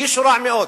הרגישו רע מאוד.